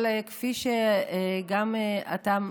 אבל כפי שגם אתה,